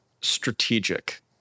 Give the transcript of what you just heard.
strategic